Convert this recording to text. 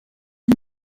are